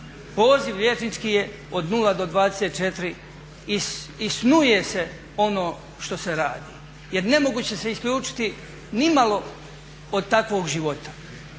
poziv liječnički je od 0 do 24 i snuje se ono što se radi jer nemoguće je isključiti se nimalo od takvog života.